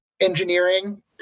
engineering